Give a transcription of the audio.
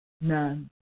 none